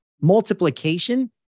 multiplication